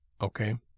okay